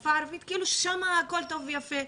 בשפה הערבית כאילו שם הכול טוב ויפה.